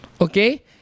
Okay